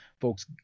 folks